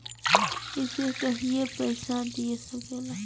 इसे कहियों पइसा दिया सकला